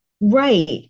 Right